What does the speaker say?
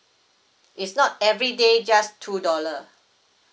it's not everyday just two dollar